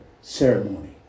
ceremony